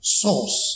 source